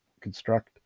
construct